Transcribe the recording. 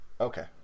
Okay